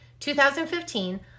2015